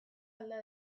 alda